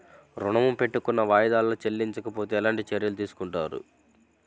ఋణము పెట్టుకున్న వాయిదాలలో చెల్లించకపోతే ఎలాంటి చర్యలు తీసుకుంటారు?